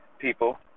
people